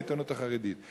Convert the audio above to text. בעיתונות החרדית.